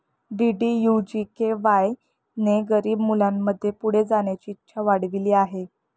DDU GKY ने गरीब मुलांमध्ये पुढे जाण्याची इच्छा वाढविली आहे